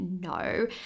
no